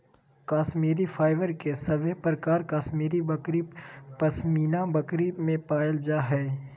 Kashmiri fibre के सभे प्रकार कश्मीरी बकरी, पश्मीना बकरी में पायल जा हय